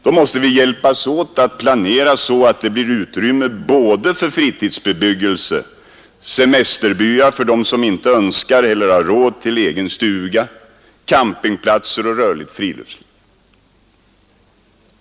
Då måste vi hjälpas åt att planera så att det blir utrymme för både fritidsbebyggelse, semesterbyar för dem som inte önskar eller har råd med en egen stuga, campingplatser och ett rörligt friluftsliv.